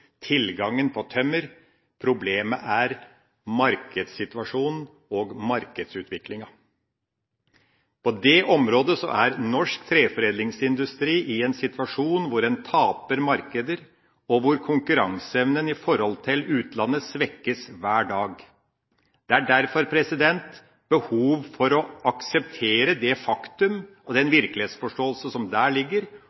tilgangen på tømmer, problemet er markedssituasjonen og markedsutviklinga. På det området er norsk treforedlingsindustri i en situasjon hvor en taper markeder og hvor konkurranseevnen overfor utlandet svekkes hver dag. Det er behov for å akseptere det faktumet og den